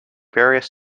various